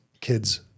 kids